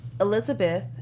Elizabeth